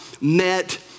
met